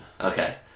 Okay